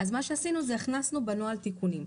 מה שעשינו, הכנסנו בנוהל תיקונים.